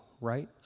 right